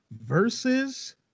versus